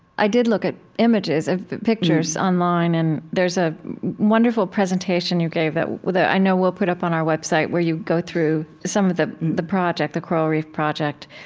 i did look at images of pictures online. and there's a wonderful presentation you gave that i know we'll put up on our website where you go through some of the the project, the coral reef project.